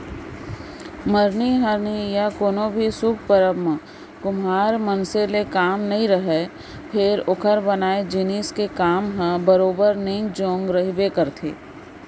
मरनी हरनी या कोनो भी सुभ परब म कुम्हार मनसे ले काम नइ रहय फेर ओकर बनाए जिनिस के काम ह बरोबर नेंग जोग रहिबे करथे